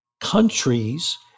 countries